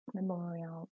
memorial